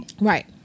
Right